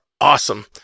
Awesome